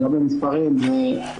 למספרים -- אנחנו רוצים אבל.